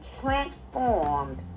transformed